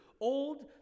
Old